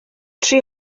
tri